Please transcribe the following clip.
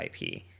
IP